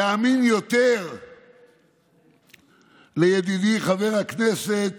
להאמין יותר לידידי חבר הכנסת